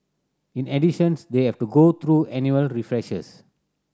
in additions they have to go through annual refreshers